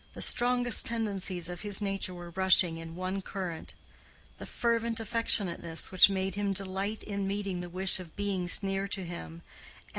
the strongest tendencies of his nature were rushing in one current the fervent affectionateness which made him delight in meeting the wish of beings near to him,